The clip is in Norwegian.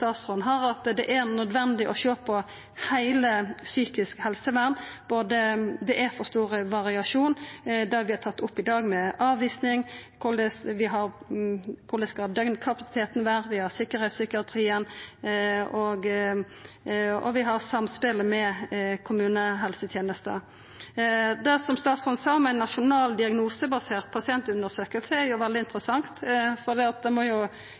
at det er nødvendig å sjå på heile det psykiske helsevernet. Det er for stor variasjon, bl.a. når det gjeld det vi har tatt opp i dag: avvising korleis døgnkapasiteten skal vera tryggleikspsykiatrien samspelet med kommunehelsetenesta Det som statsråden sa om ei nasjonal diagnosebasert pasientundersøking, er veldig interessant – at